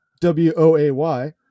W-O-A-Y